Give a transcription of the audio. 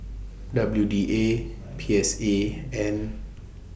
W D A P S A and